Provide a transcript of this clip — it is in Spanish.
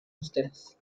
costeras